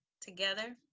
together